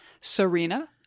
Serena